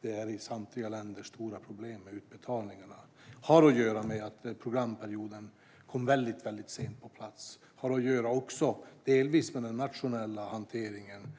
Det är i samtliga länder stora problem med utbetalningarna. Det har att göra med att programperioden kom väldigt sent på plats, och det har även delvis att göra med den nationella hanteringen.